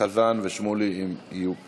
חזן ושמולי, אם יהיו פה.